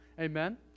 Amen